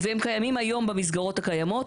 והם קיימים היום במסגרות הקיימות.